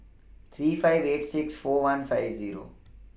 three five eight six four one five Zero